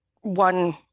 one